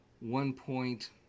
one-point